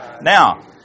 Now